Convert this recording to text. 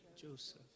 Joseph